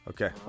Okay